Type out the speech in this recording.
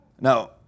Now